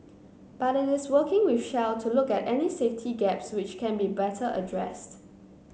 but it is working with Shell to look at any safety gaps which can be better addressed